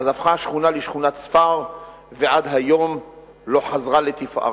אז הפכה השכונה לשכונת ספר ועד היום לא חזרה לתפארתה.